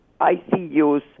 ICUs